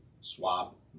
swap